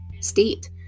state